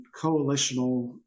coalitional